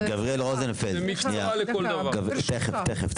גבריאל רוזנפלד ישלים את הדברים שלו.